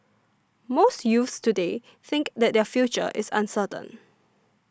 most youths today think that their future is uncertain